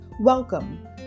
Welcome